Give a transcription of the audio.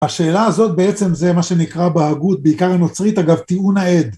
השאלה הזאת בעצם זה מה שנקרא בהגות, בעיקר הנוצרית אגב, טיעון העד.